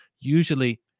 usually